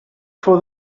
for